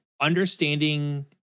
Understanding